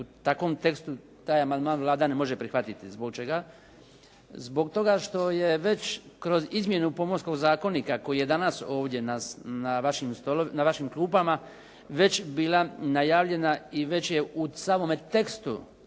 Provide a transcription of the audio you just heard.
u takvom tekstu taj amandman Vlada ne može prihvatiti. Zbog čega? Zbog toga što je već kroz izmjenu Pomorskog zakonika koji je danas ovdje na vašim klupama već bila najavljena i već je u samome tekstu